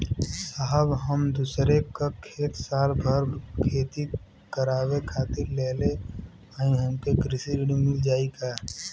साहब हम दूसरे क खेत साल भर खेती करावे खातिर लेहले हई हमके कृषि ऋण मिल जाई का?